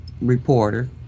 reporter